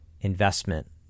investment